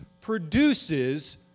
produces